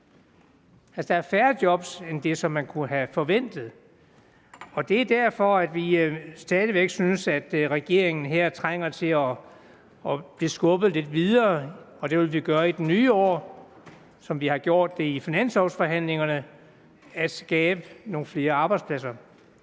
der er færre job end det, som man kunne have forventet, og det er derfor, at vi stadig væk synes, at regeringen her trænger til at blive skubbet lidt videre – og det vil vi gøre i det nye år, som vi har gjort det i finanslovforhandlingerne – med hensyn til at skabe nogle flere arbejdspladser.